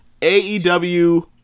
AEW